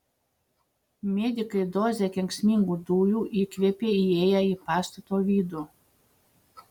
medikai dozę kenksmingų dujų įkvėpė įėję į pastato vidų